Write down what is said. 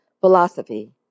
philosophy